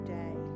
day